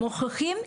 מוכיחים,